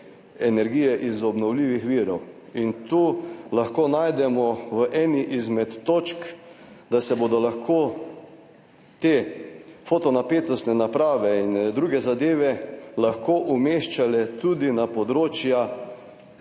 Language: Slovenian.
energije iz obnovljivih virov in tu lahko najdemo v eni izmed točk, da se bodo lahko te foto napetostne naprave in druge zadeve lahko umeščale tudi na področja